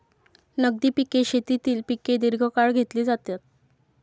नगदी पिके शेतीतील पिके दीर्घकाळ घेतली जातात